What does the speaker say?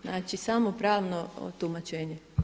Znači samo pravno tumačenje.